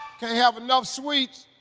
can't have enough sweets.